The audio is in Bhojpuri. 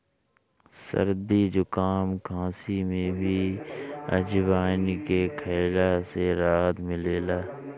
सरदी जुकाम, खासी में भी अजवाईन के खइला से राहत मिलेला